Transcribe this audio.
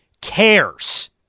cares